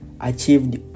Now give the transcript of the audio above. achieved